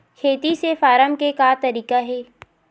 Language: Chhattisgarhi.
खेती से फारम के का तरीका हे?